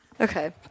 okay